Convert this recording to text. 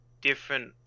different